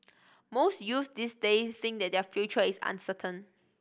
most youths this day think that their future is uncertain